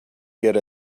good